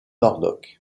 murdoch